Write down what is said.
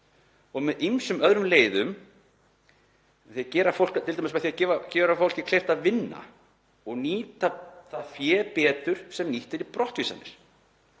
og með ýmsum öðrum leiðum, t.d. með því að gera fólki kleift að vinna og nýta það fé betur sem nýtt er í brottvísanir.